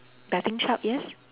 betting shop yes